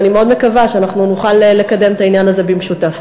ואני מאוד מקווה שנוכל לקדם את העניין הזה במשותף.